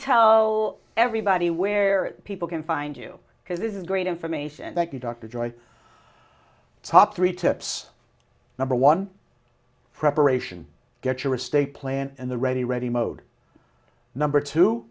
tell everybody where people can find you because this is great information thank you dr joy top three tips number one preparation get your estate plan and the ready ready mode number two